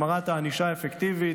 החמרת הענישה האפקטיבית.